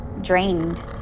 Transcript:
drained